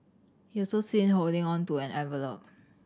he was also seen holding on to an envelop